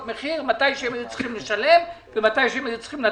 מתי שהיו אמורים לשלם ומתי שהיו אמורים לתת,